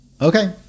Okay